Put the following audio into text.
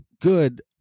good